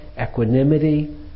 equanimity